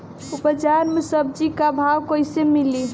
बाजार मे सब्जी क भाव कैसे मिली?